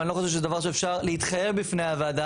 אבל אני לא חושב שזה דבר שאפשר להתייחס בפני הוועדה,